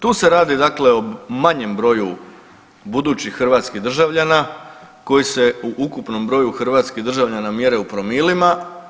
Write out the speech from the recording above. Tu se radi dakle o manjem broju budućih hrvatskih državljana koji se u ukupnom broju hrvatskih državljana mjere u promilima.